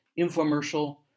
infomercial